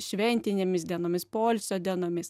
šventinėmis dienomis poilsio dienomis